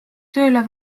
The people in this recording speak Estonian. tööle